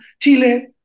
Chile